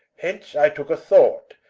hence i tooke a thought,